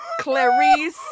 clarice